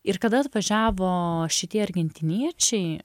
ir kada atvažiavo šitie argentiniečiai